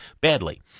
badly